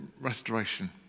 restoration